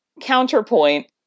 Counterpoint